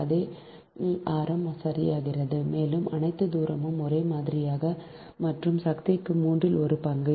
அதே ஆரம் சரியானது மேலும் அனைத்து தூரமும் ஒரே மாதிரியானது மற்றும் சக்திக்கு மூன்றில் ஒரு பங்கு